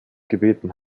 gebeten